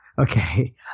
okay